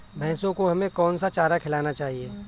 भैंसों को हमें कौन सा चारा खिलाना चाहिए?